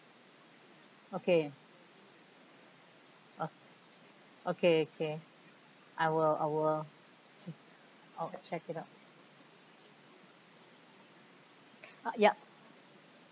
okay uh okay okay I will I will che~ I will check it out ah yup